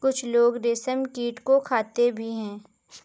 कुछ लोग रेशमकीट को खाते भी हैं